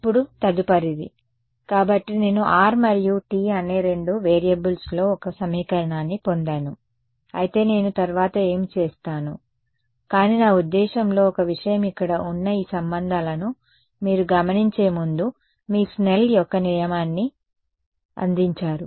ఇప్పుడు తదుపరిది కాబట్టి నేను R మరియు T అనే రెండు వేరియబుల్స్లో ఒక సమీకరణాన్ని పొందాను అయితే నేను తర్వాత ఏమి చేస్తాను కానీ నా ఉద్దేశ్యంలో ఒక విషయం ఇక్కడ ఉన్న ఈ సంబంధాలను మీరు గమనించే ముందు మీ స్నెల్ యొక్క నియమాన్ని అందించారు